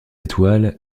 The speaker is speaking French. étoiles